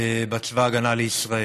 בצבא ההגנה לישראל.